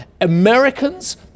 Americans